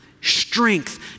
strength